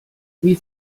wie